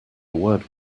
word